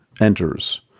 enters